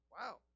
Wow